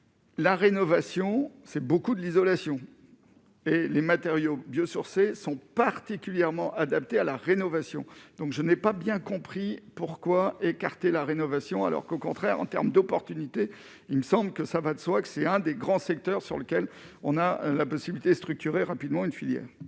La rénovation c'est beaucoup de l'isolation et les matériaux biosourcés sont particulièrement adaptés à la rénovation, donc je n'ai pas bien compris pourquoi écarter la rénovation alors qu'au contraire, en termes d'opportunité, il me semble que ça va de soi que c'est un des grands secteurs sur lesquels on a la possibilité, structurer rapidement une filière.